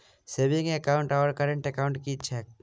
Saving account आओर current account की छैक?